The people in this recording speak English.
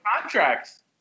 contracts